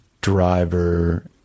driver